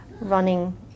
running